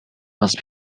must